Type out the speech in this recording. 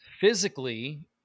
Physically